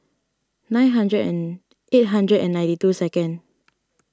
nine hundred and eight hundred and ninety two second